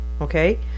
okay